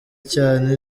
cyane